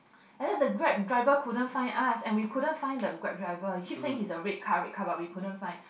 and then the Grab driver couldn't find us and we couldn't find the Grab driver he keep saying he's a red card red car but we couldn't find